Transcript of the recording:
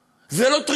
זה מה שקורה בצה"ל.